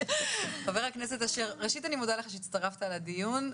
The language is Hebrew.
חבר הכנסת אשר, ראשית, אני מודה לך שהצטרפת לדיון.